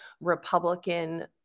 Republican